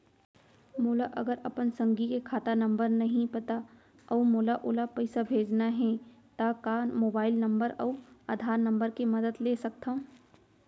मोला अगर अपन संगी के खाता नंबर नहीं पता अऊ मोला ओला पइसा भेजना हे ता का मोबाईल नंबर अऊ आधार नंबर के मदद ले सकथव?